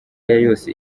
yose